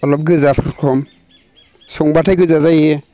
आलप गोजा रखम संब्लाथाय गोजा जायो